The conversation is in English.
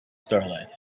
starlight